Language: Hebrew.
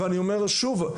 ואני אומר שוב,